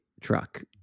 truck